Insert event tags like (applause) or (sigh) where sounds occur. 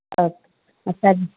okay (unintelligible)